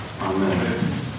Amen